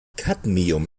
kadmium